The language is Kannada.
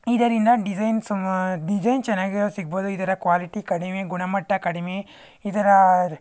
ಇದರಿನ ಡಿಸೈನ್ ಸಮಾ ಡಿಸೈನ್ ಚೆನ್ನಾಗಿರೋದು ಸಿಗ್ಬೋದು ಇದರ ಕ್ವಾಲಿಟಿ ಕಡಿಮೆ ಗುಣಮಟ್ಟ ಕಡಿಮೆ ಇದರ